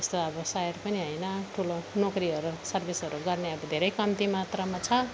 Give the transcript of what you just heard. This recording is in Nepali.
त्यस्तो अब सहर पनि होइन ठुलो नोकरीहरू सर्भिसहरू गर्ने अब धेरै कम्ती मात्रामा छ